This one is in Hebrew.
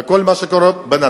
עם כל מה שקורה בנדל"ן